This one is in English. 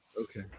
Okay